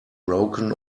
broken